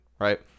right